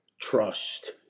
trust